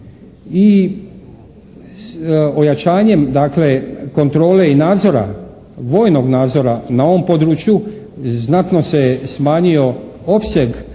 i ojačanjem kontrole i nadzora, vojnog nadzora na ovom području znatno se je smanjio opseg